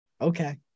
Okay